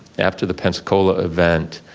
after the pensacola event,